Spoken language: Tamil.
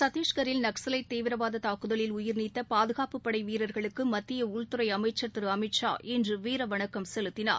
சத்தீஷ்கரில் நக்கவைட் தீவிரவாத தாக்குதலில் உயிர்நீத்த பாதுகாப்புப்படை வீரர்களுக்கு மத்திய உள்துறை அமைச்சர் திரு அமித் ஷா இன்று வீரவணக்கம் செலுத்தினார்